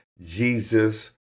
Jesus